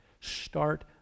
start